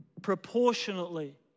Proportionately